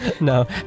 No